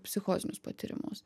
psichozinius patyrimus